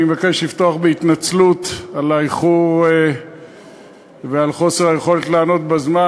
אני מבקש לפתוח בהתנצלות על האיחור ועל האי-יכולת לענות בזמן.